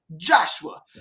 Joshua